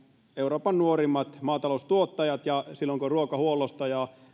euroopan nuorimmat maataloustuottajat ja silloin kun ruokahuollosta ja